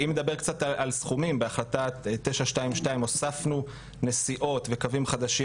אם נדבר קצת על סכומים בהחלטת 922 הוספנו נסיעות וקווים חדשים